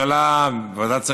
ועדת השרים,